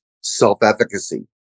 self-efficacy